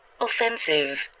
offensive